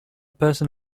person